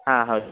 ಹಾಂ ಹೌದು